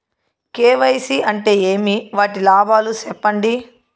KYC అంటే ఏమి? వాటి లాభాలు సెప్పండి?